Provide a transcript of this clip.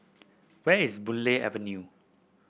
where is Boon Lay Avenue